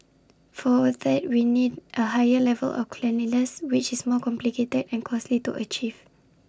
for that we need A higher level of cleanliness which is more complicated and costly to achieve